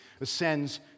ascends